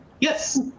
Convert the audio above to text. Yes